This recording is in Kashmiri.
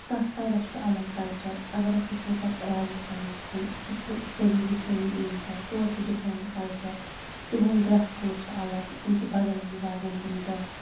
تَتھ سایڈَس چھُ الگ کَلچَر اگر أسۍ وٕچھو پَتہٕ راجِستانَس کُن سُہ چھُ سُہ ریگِستٲنی ایریا تورٕ چھِ ڈِفرںٛٹ کَلچَر تِہُنٛڈ ڈرٛس کوڈ چھِ الگ تِم چھِ بدل ہِوۍ لاگان تِم ڈرٛس